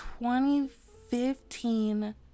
2015